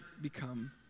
become